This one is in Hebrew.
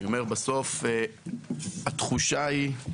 שבסוף, התחושה היא שאני